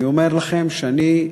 אני אומר לכם שאני,